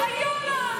היום נאמת על זה.